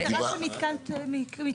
זה ההגדרה של מתקן תשתית.